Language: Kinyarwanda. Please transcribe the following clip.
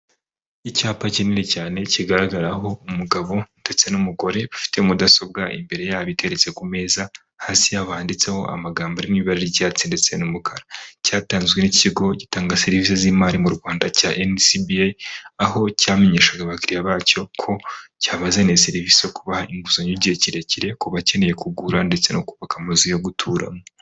Icyapa kinini cyane kigaragaraho umugabo ndetse n'umugore ufite mudasobwa imbere yabogaretse ku meza, hasi habanditseho amagambo arimo ibara ry'icyatsi ndetse n'umukara. Cyatanzwe n'ikigo gitanga serivisi z'imari mu rwanda cya enisibiye, aho cyamenyeshaga abakiliriya bacyo ko cyabazaniye na serivisi yo kubaha inguzanyo igihe kirekire ku bakeneye kugura ndetse no kubaka amazu yo guturamo.